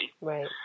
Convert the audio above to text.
right